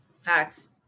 Facts